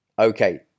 Okay